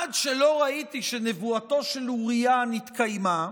עד שלא ראיתי שנבואתו של אוריה נתקיימה,